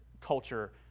culture